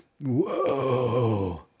Whoa